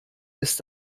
ist